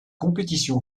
compétition